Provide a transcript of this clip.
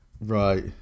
right